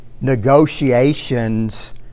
negotiations